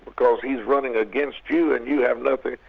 because he's running against you and you have nothing,